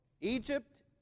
Egypt